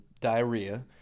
diarrhea